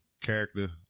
character